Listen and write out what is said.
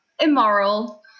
immoral